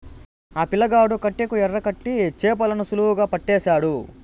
ఆ పిల్లగాడు కట్టెకు ఎరకట్టి చేపలను సులువుగా పట్టేసినాడు